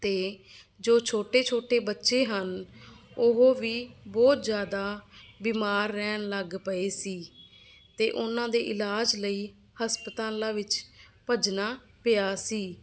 ਅਤੇ ਜੋ ਛੋਟੇ ਛੋਟੇ ਬੱਚੇ ਹਨ ਉਹ ਵੀ ਬਹੁਤ ਜ਼ਿਆਦਾ ਬਿਮਾਰ ਰਹਿਣ ਲੱਗ ਪਏ ਸੀ ਅਤੇ ਉਹਨਾਂ ਦੇ ਇਲਾਜ ਲਈ ਹਸਪਤਾਲਾਂ ਵਿੱਚ ਭੱਜਣਾ ਪਿਆ ਸੀ